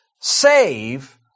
save